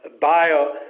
bio